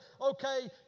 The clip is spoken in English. okay